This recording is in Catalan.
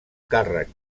càrrec